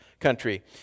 country